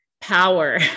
power